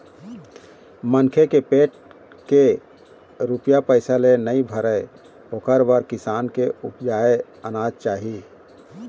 मनखे के पेट के रूपिया पइसा ले नइ भरय ओखर बर किसान के उपजाए अनाज चाही